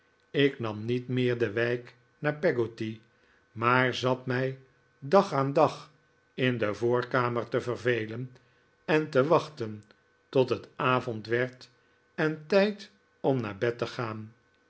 ik nam niet meer de wijk naar peggotty maar zat mij dag aan dag in de voorkamer te vervelen en te wachten tot het avond werd en tijd om naar bed te gaan